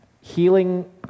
Healing